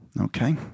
Okay